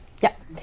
Yes